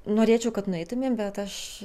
norėčiau kad nueitumėm bet aš